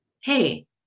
hey